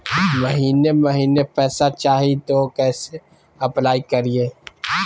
महीने महीने पैसा चाही, तो कैसे अप्लाई करिए?